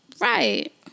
Right